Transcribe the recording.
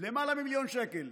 למעלה ממיליון שקל.